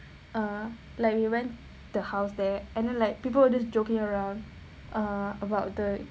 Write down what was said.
uh like we went the house there and then like people were just joking around uh about the